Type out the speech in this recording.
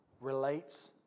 relates